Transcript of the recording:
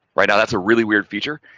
right now, that's a really weird feature,